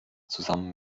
zusammen